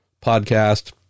podcast